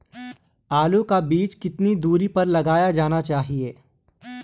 आलू का बीज कितनी दूरी पर लगाना चाहिए?